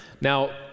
Now